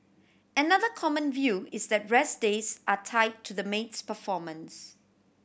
another common view is that rest days are tie to the maid's performance